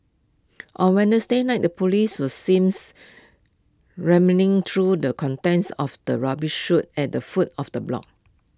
on night the Police were seems through the contents of the rubbish chute at the foot of the block